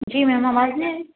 جی ma'am آواز نہیں آئی